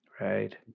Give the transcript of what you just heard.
right